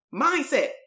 Mindset